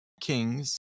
Kings